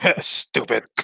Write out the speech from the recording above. Stupid